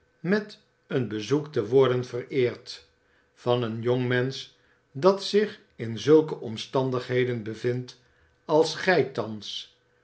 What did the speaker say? met een bezoek te worden vereerd van een jongmensch dat zich in zulke omstandigbeden bevindt als gij thans